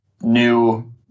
new